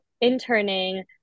interning